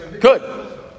Good